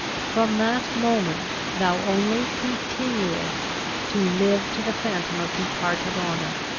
from that moment thou only continuedst to live to the phantom of departed honour.